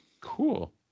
cool